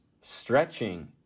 stretching